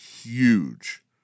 huge